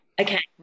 Okay